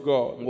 God